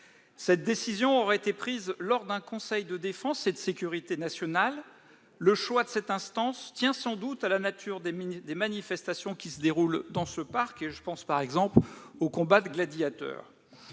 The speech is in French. Cette décision aurait été prise lors d'un conseil de défense et de sécurité nationale. Le choix de cette instance tient sans doute à la nature des manifestations qui se déroulent dans ce parc ; je pense par exemple aux combats de gladiateurs